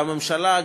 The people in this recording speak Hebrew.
והממשלה,